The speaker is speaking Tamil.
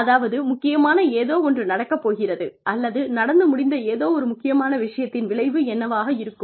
அதாவது முக்கியமான ஏதோ ஒன்று நடக்கப்போகிறது அல்லது நடந்து முடிந்த ஏதோ ஒரு முக்கியமான விஷயத்தின் விளைவு என்னவாக இருக்கும்